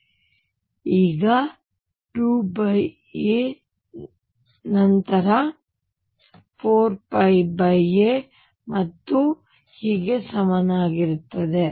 ಮತ್ತು ಈ 2 a ನಂತರ 4a ಮತ್ತು ಹೀಗೆ ಸಮನಾಗಿರುತ್ತದೆ